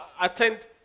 attend